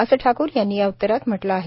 असं ठाकूर यांनी या उत्तरात म्हटलं आहे